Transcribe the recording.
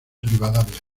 rivadavia